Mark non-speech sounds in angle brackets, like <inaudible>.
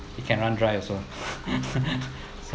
it can run dry also <laughs>